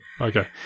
Okay